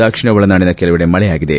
ದಕ್ಷಿಣ ಒಳನಾಡಿನ ಕೆಲವೆಡೆ ಮಳೆಯಾಗಿದೆ